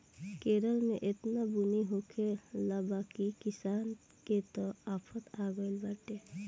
केरल में एतना बुनी होखले बा की किसान के त आफत आगइल बाटे